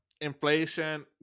Inflation